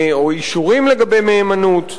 או אישורים לגבי מהימנות,